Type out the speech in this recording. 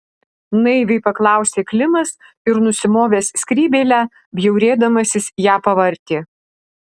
naiviai paklausė klimas ir nusimovęs skrybėlę bjaurėdamasis ją pavartė